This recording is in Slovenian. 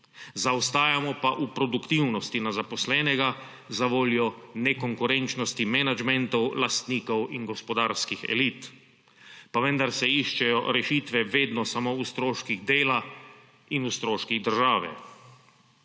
zaostajamo pa v produktivnosti na zaposlenega zavoljo nekonkurenčnosti menedžmenta, lastnikov in gospodarskih elit. Pa vendar se iščejo rešitve vedno samo v stroških dela in v stroških države.